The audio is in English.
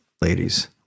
ladies